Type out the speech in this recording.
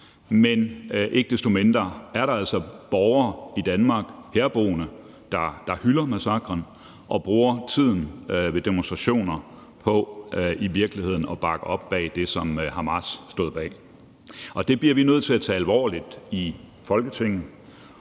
men ikke desto mindre er der altså herboende borgere i Danmark, der hylder massakren, og bruger tiden ved demonstrationerne på i virkeligheden at bakke op om det, som Hamas stod bag. Det bliver vi nødt til at tage alvorligt i Folketinget.